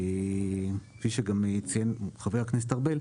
כפי שגם הציג חבר הכנסת ארבל,